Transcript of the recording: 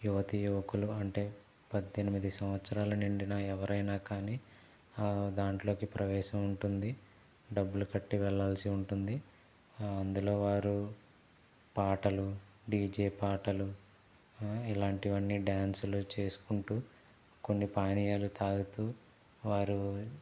యువతీ యువకులు అంటే పద్దెనిమిది సంవత్సరాల నిండిన ఎవరైనా కానీ దాంట్లోకి ప్రవేశం ఉంటుంది డబ్బులు కట్టి వెళ్లాల్సి ఉంటుంది అందులో వారు పాటలు డీజే పాటలు ఇలాంటివన్నీ డాన్స్లు చేసుకుంటూ కొన్ని పానీయాలు తాగుతూ వారు